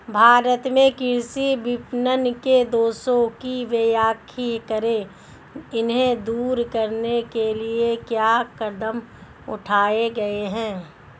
भारत में कृषि विपणन के दोषों की व्याख्या करें इन्हें दूर करने के लिए क्या कदम उठाए गए हैं?